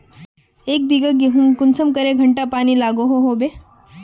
एक बिगहा गेँहूत कुंसम करे घंटा पानी लागोहो होबे?